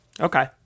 Okay